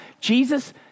Jesus